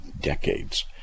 decades